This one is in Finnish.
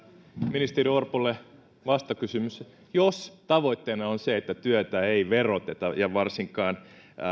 ministeri orpolle vastakysymys jos tavoitteena on se että työtä ei veroteta ja varsinkaan